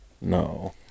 no